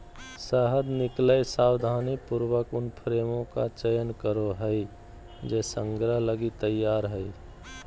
शहद निकलैय सावधानीपूर्वक उन फ्रेमों का चयन करो हइ जे संग्रह लगी तैयार हइ